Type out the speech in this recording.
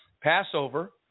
passover